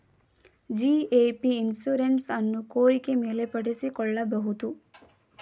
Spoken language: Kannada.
ಜಿ.ಎ.ಪಿ ಇನ್ಶುರೆನ್ಸ್ ಅನ್ನು ಕೋರಿಕೆ ಮೇಲೆ ಪಡಿಸಿಕೊಳ್ಳಬಹುದು